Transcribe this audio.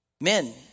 Men